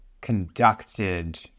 conducted